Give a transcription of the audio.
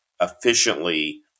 efficiently